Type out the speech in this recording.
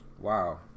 Wow